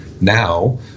now